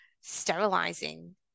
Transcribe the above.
sterilizing